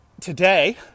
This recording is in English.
Today